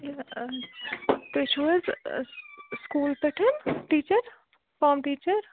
تُہۍ چھِو حظ سُکوٗل پٮ۪ٹھ ٹیٖچر فام ٹیٖچر